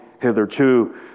hitherto